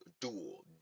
dual